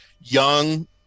young